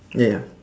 ya